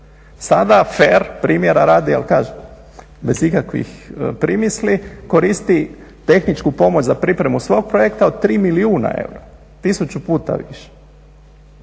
Sada FER, primjera radi ali kažem bez ikakvih primisli, koristi tehničku pomoć za pripremu svog projekta od 3 milijuna eura, tisuću puta više.